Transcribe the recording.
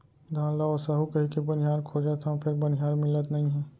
धान ल ओसाहू कहिके बनिहार खोजत हँव फेर बनिहार मिलत नइ हे